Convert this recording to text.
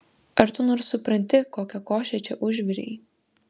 ar tu nors supranti kokią košę čia užvirei